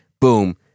boom